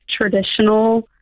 traditional